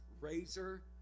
razor